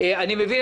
אני מבין,